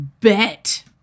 bet